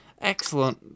Excellent